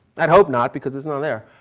and hope not, because it is not there.